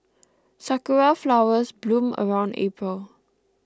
sakura flowers bloom around April